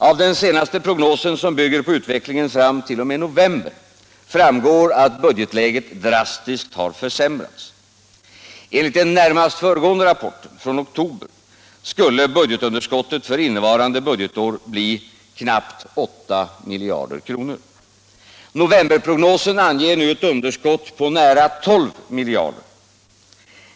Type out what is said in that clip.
Av den senaste prognosen, som bygger på utvecklingen fram t.o.m. november, framgår att budgetläget drastiskt försämrats. Enligt den närmast föregående rapporten, från oktober, skulle budgetunderskottet för innevarande budgetår bli 8 miljarder kronor. Novemberprognosen anger ett underskott på nära 12 miljarder kronor.